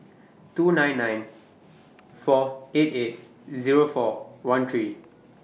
two nine nine four eight eight Zero four one three